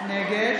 נגד